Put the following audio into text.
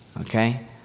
Okay